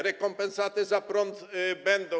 Rekompensaty za prąd będą.